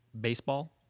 baseball